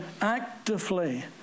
actively